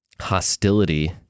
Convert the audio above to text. hostility